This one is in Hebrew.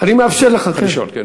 אני מאפשר לך, כן.